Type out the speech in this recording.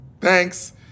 Thanks